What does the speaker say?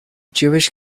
jewish